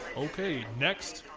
okay, next.